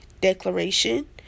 declaration